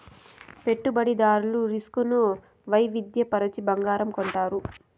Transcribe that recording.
పెట్టుబడిదారులు రిస్క్ ను వైవిధ్య పరచి బంగారం కొంటారు